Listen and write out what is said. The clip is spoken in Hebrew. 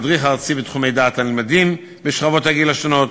מדריך ארצי בתחומי דעת הנלמדים בשכבות הגיל השונות.